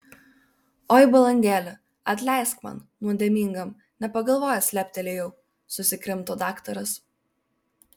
oi balandėli atleisk man nuodėmingam nepagalvojęs leptelėjau susikrimto daktaras